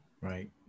Right